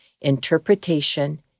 interpretation